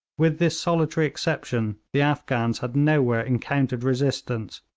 with this solitary exception the afghans had nowhere encountered resistance,